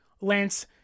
Lance